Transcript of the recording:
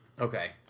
Okay